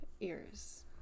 Ears